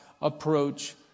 approach